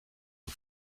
een